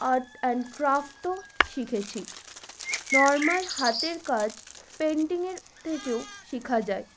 art and ক্রাফটও শিখেছি normal হাতের কাজ পেন্টিংয়ের থেকেও শেখা যায়